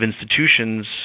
institutions